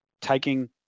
taking